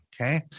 Okay